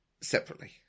separately